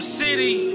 city